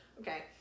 Okay